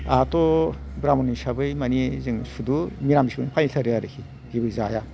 आहाथ' ब्रामन हिसाबै मानि जों सुद्द मिरामिसखौनो फालिथारो आरिखि जेबो जाया